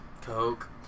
Coke